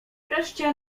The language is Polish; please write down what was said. wreszcie